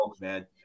man